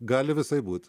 gali visaip būt